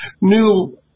new